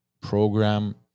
program